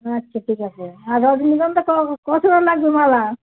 আচ্ছা ঠিক আছে আর রজনীগন্ধা ক জোড়া লাগবে মালা